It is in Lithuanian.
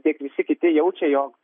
tiek visi kiti jaučia jog